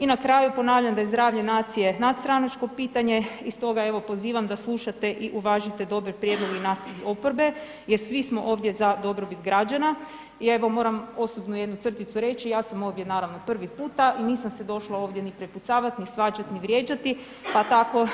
I na kraju ponavljam da je zdravlje nacije nadstranačko pitanje i stoga evo pozivam da slušate i uvažite dobre prijedloge nas iz oporbe jer svi smo ovdje za dobrobit građana i evo moram osobno jednu crticu reći, ja sam ovdje naravno prvi puta i nisam se došla ovdje ni prepucavati ni svađat ni vrijeđati pa tako